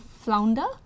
flounder